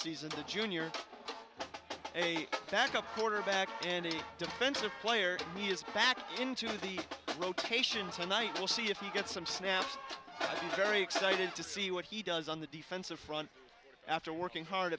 season the junior a backup quarterback and defensive player to me is back into the rotation tonight we'll see if he gets some snaps very excited to see what he does on the defensive front after working hard